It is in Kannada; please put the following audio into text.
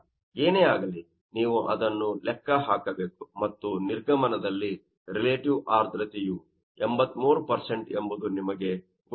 ಏನೇ ಆಗಲಿ ನೀವು ಅದನ್ನು ಲೆಕ್ಕ ಹಾಕಬೇಕು ಮತ್ತು ನಿರ್ಗಮನದಲ್ಲಿ ರಿಲೇಟಿವ್ ಆರ್ದ್ರತೆಯು 83 ಎಂಬುದು ನಿಮಗೆ ಗೊತ್ತಿದೆ